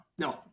no